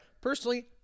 Personally